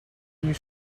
you